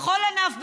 בכל ענף בארץ,